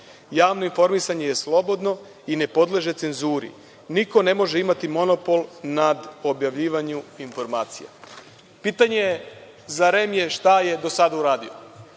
Javno informisanje je slobodno i ne podleže cenzuri. Niko ne može imati monopol nad objavljivanjem informacija. Pitanje za REM je šta je do sada uradio